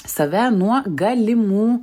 save nuo galimų